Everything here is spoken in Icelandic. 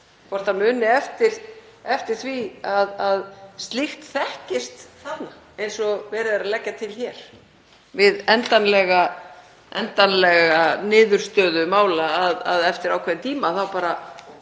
hvort hann muni eftir því að slíkt þekkist þarna eins og verið er að leggja til hér, við endanlega niðurstöðu mála, að eftir ákveðinn tíma þá bara